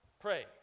pray